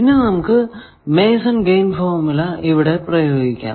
ഇനി നമുക്ക് ഈ Mason gain formula Mason's gain formula ഇവിടെ പ്രയോഗിക്കാം